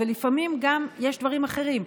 אבל לפעמים גם יש דברים אחרים.